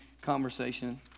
conversation